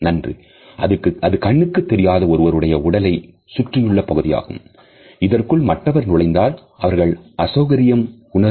நன்று அது கண்ணுக்குத் தெரியாத ஒருவருடைய உடலை சுற்றியுள்ள பகுதியாகும் இதற்குள் மற்றவர் நுழைந்தால் அவர்கள் அசௌகரியம் உணர்வர்